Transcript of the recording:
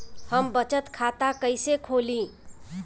हम बचत खाता कईसे खोली?